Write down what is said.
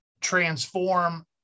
transform